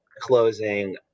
closing